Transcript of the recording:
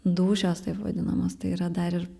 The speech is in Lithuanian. dūšios taip vadinamos tai yra dar ir